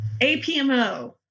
APMO